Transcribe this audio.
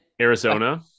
Arizona